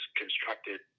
constructed